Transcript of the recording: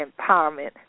empowerment